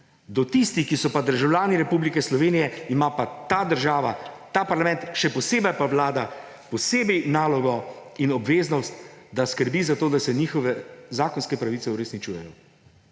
Do tistih pa, ki so državljani Republike Slovenije, ima pa ta država, ta parlament, še posebej pa Vlada, posebej nalogo in obveznost, da skrbi za to, da se njihove zakonske pravice uresničujejo.